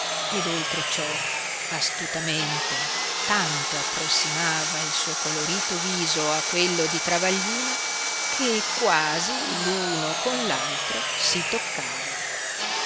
ed oltre ciò astutamente tanto approssimava il suo colorito viso a quello di travaglino che quasi uno con l altro si toccava